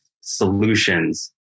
solutions